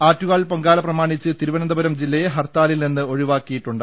ആറ്റുകാൽ പൊങ്കാല പ്രമാണിച്ച് തിരുവനന്തപുരം ജില്ലയെ ഹർത്താ ലിൽ നിന്ന് ഒഴിവാക്കിയിട്ടുണ്ട്